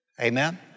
Amen